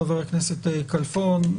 חבר הכנסת כלפון,